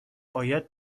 باید